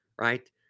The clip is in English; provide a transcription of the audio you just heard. right